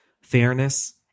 fairness